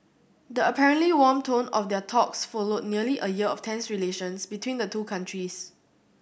the apparently warm tone of their talks followed nearly a year of tense relations between the two countries